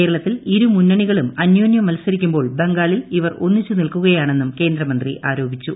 കേരളത്തിൽ ഇരുമുന്നണികളും അന്യോന്യം മത്സരിക്കുമ്പോൾ ബംഗാളിൽ ഇവർ ഒന്നിച്ചു നിൽക്കുകയാണെന്നും കേന്ദ്രമന്ത്രി ആരോപിച്ചു